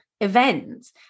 events